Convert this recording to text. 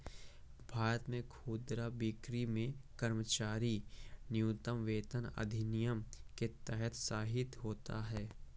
भारत में खुदरा बिक्री में कर्मचारी न्यूनतम वेतन अधिनियम के तहत शासित होते है